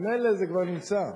ממילא זה כבר נמצא,